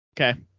okay